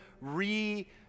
re-